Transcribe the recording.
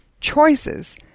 Choices